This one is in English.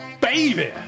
baby